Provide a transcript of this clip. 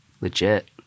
legit